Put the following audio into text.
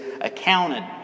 accounted